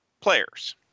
players